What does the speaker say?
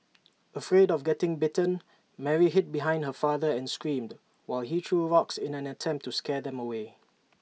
afraid of getting bitten Mary hid behind her father and screamed while he threw rocks in an attempt to scare them away